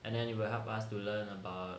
and then it will help us to learn about